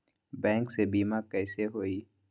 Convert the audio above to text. Bank से बिमा कईसे होई?